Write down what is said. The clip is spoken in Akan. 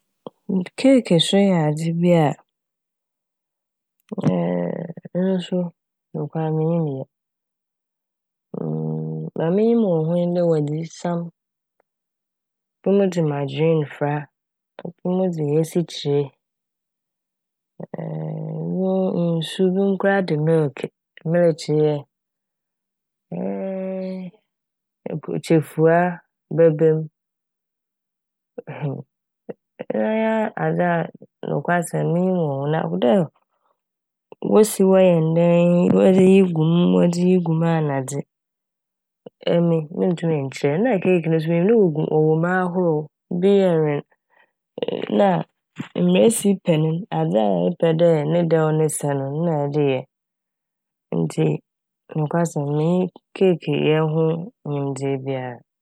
Keike so yɛ adze bi a nso nokwar minnyim yɛ. Ma minyim wɔ ho nye dɛ wɔdze isiam, hom dze magyeriin fora, hom dze esikyere, wo- nsu, bi mo koraa de "milke" milkye yɛɛ, kyirefuwa bɛba m', na nye adze a nokwasɛm minyim wɔ ho na dɛ wosi wɔyɛ ne dɛn, wɔdze eyi gu m', wɔdze eyi gu m' ana dze, emi menntum nkyerɛ na keike no so minyim dɛ ogu- ɔwɔ mu ahorow bi yɛ wen na mbrɛ esi pɛ n', adze a mmpɛ dɛ ne dɛw ne sɛ n' na ɛdze yɛ ntsi nokwasɛm minnyi keike no ho nyimdzee biara.